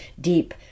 deep